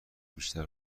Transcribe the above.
بیشتر